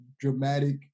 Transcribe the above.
dramatic